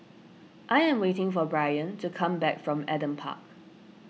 I am waiting for Brien to come back from Adam Park